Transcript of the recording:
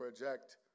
project